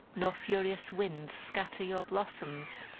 nor furious winds scatter your blossoms!